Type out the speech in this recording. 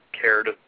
cared